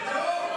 לא.